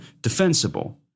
defensible